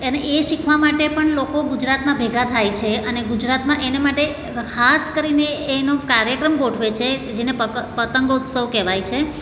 અને એ શીખવા માટે પણ લોકો ગુજરાતમાં ભેગાં થાય છે અને ગુજરાતમાં એને માટે ખાસ કરીને એનો કાર્યક્રમ ગોઠવે છે જેને પતંગોત્સવ કહેવાય છે